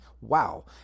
Wow